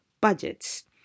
budgets